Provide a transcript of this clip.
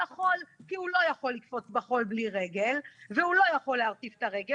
החול כי הוא לא יכול לקפוץ בחול בלי רגל והוא לא יכול להרטיב את הרגל